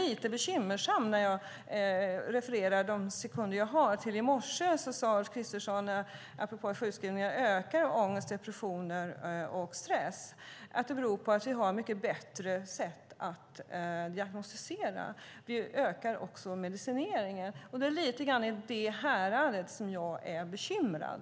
I morse sade Ulf Kristersson apropå att sjukskrivningarna på grund av ångest, depressioner och stress ökar att det beror på att vi har mycket bättre sätt att diagnostisera. Vi ökar också medicineringen. I det häradet är jag bekymrad.